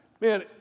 man